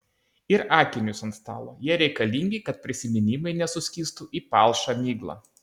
ir akinius ant stalo jie reikalingi kad prisiminimai nesuskystų į palšą miglą